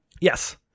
yes